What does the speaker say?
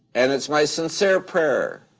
and it's my sincere prayer